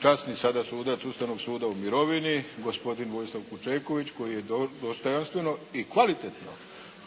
časni sada sudac Ustavnog suda u mirovini gospodin Vojislav Pučejković koji je dostojanstveno i kvalitetno